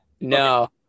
No